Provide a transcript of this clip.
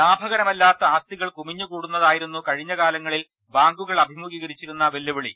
ലാഭകരമല്ലാത്ത ആസ്തികൾ കുമിഞ്ഞുകൂടു ന്നതായിരുന്നു കഴിഞ്ഞ കാലങ്ങളിൽ ബാങ്കുകൾ അഭിമുഖീകരിച്ചിരുന്ന വെല്ലുവിളി